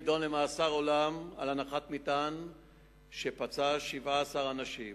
נידון למאסר עולם על הנחת מטען שפצע 17 אנשים.